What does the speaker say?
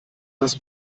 das